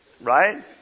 Right